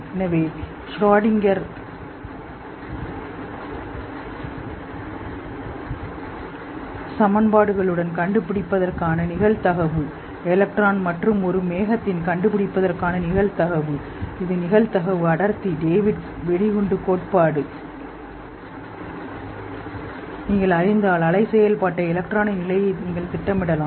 எனவே ஷ்ரோடிங்கர்ஒன்றைக்வகையை சமன்பாடுகளுடன்கண்டுபிடிப்பதற்கான நிகழ்தகவு எலக்ட்ரான் மற்றும் ஒரு மேகத்தின்கண்டுபிடிப்பதற்கான நிகழ்தகவு இது நிகழ்தகவு அடர்த்தி டேவிட் வெடிகுண்டு கோட்பாடுநீங்கள் அறிந்தால் அலை செயல்பாட்டை எலக்ட்ரானின் நிலையை நீங்கள் திட்டமிடலாம்